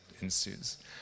ensues